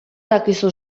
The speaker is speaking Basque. dakizu